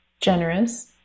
generous